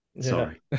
Sorry